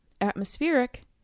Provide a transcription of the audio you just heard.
atmospheric